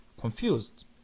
confused